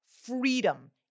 freedom